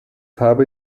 habe